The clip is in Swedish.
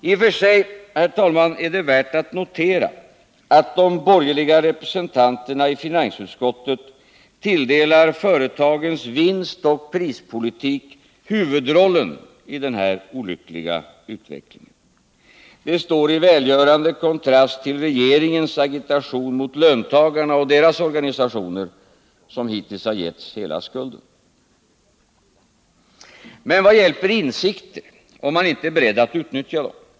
I och för sig, herr talman, är det värt att notera att de borgerliga representanterna i finansutskottet tilldelar företagens vinstoch prispolitik huvudrollen i den här olyckliga utvecklingen. Detta står i välgörande kontrast till regeringens agitation mot löntagarna och deras organisationer, som hittills har getts hela skulden. Men vad hjälper insikter, om man inte är beredd att utnyttja dem?